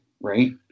right